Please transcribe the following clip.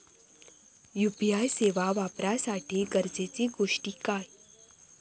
UPI सेवा वापराच्यासाठी गरजेचे गोष्टी काय?